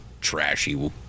trashy